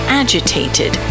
agitated